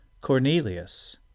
Cornelius